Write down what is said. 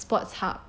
sports hub